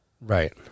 Right